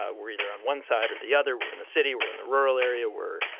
ah we're either on one side or the other. we're in the city. we're in the rural area. we're,